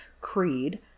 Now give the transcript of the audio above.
creed